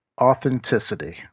Authenticity